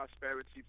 prosperity